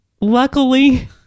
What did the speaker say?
luckily